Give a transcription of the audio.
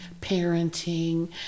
parenting